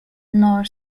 nor